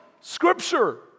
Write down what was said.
Scripture